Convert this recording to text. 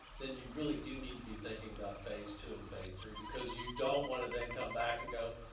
then you really do need to be thinking about phase two and phase three, because you don't wanna then come back and go,